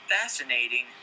fascinating